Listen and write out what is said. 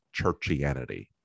churchianity